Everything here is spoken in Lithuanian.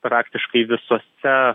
praktiškai visose